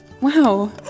Wow